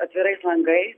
atvirais langai